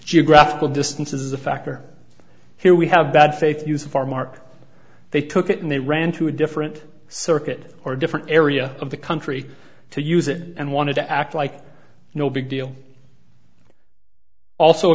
geographical distance is a factor here we have bad faith use of our mark they took it and they ran to a different circuit or a different area of the country to use it and wanted to act like no big deal also